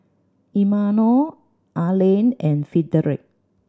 Imanol Arlen and Frederick